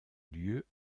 lieu